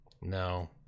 No